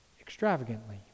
extravagantly